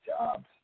jobs